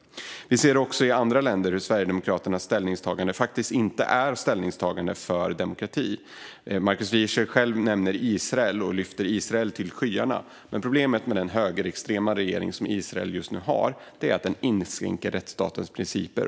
Vi ser också att Sverigedemokraternas ställningstaganden gällande andra länder faktiskt inte är ställningstaganden för demokrati. Markus Wiechel nämner Israel och höjer Israel till skyarna, men problemet med den högerextrema regering som Israel just nu har är att den inskränker rättsstatens principer.